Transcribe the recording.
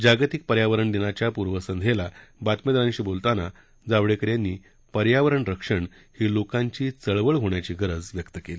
जागतिक पर्यावरण दिनाच्या पूर्वसंध्येला बातमीदारांशी बोलताना जावडेकर यांनी पर्यावरण रक्षण ही लोकांची चळवळ होण्याची गरज व्यक्त केली